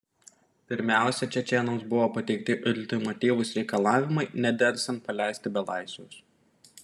pirmiausia čečėnams buvo pateikti ultimatyvūs reikalavimai nedelsiant paleisti belaisvius